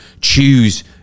choose